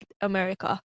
America